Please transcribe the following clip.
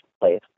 place